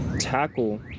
tackle